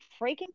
freaking